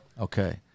Okay